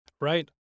Right